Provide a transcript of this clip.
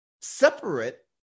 separate